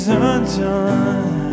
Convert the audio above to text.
undone